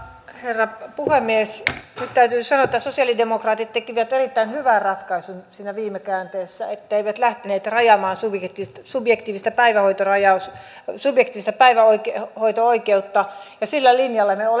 nyt täytyy sanoa että sosialidemokraatit tekivät erittäin hyvän ratkaisun siinä viime käänteessä etteivät lähteneet rajaamaan subjektiivista päivähoito rajaus on selitys aina oikein oikeutta ja sillä linjalla me olemme edelleen